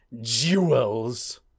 Jewels